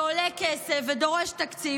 שעולה כסף ודורש תקציב,